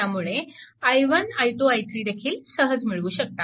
त्यामुळे i1 i2 i3 देखील सहज मिळवू शकता